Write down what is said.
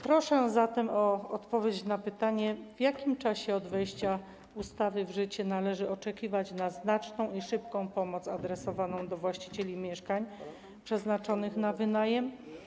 Proszę zatem o odpowiedź na pytanie: W jakim czasie od wejścia ustawy w życie należy oczekiwać na znaczną i szybką pomoc adresowaną do właścicieli mieszkań przeznaczonych na wynajem?